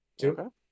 two